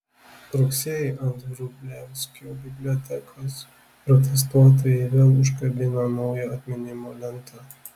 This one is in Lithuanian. rugsėjį ant vrublevskių bibliotekos protestuotojai vėl užkabino naują atminimo lentą